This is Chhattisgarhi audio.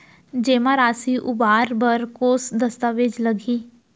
जेमा राशि उबार बर कोस दस्तावेज़ लागही?